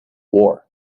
war